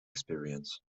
experience